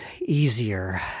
easier